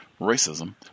racism